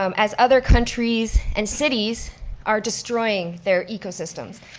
um as other countries and cities are destroying their ecosystems.